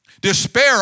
Despair